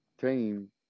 team